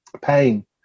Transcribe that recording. pain